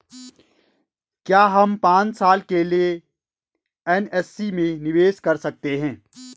क्या हम पांच साल के लिए एन.एस.सी में निवेश कर सकते हैं?